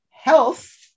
Health